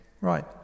Right